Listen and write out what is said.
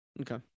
Okay